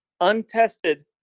untested